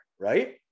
right